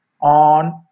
on